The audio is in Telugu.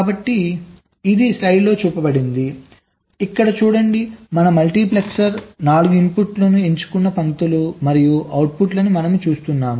కాబట్టి ఇది ఈ స్లయిడ్లో చూపబడింది ఇక్కడ చూడండి మన మల్టీప్లెక్సర్ 4 ఇన్పుట్లు ఎంచుకున్న పంక్తులు మరియు అవుట్పుట్ లను మనము చూస్తున్నాం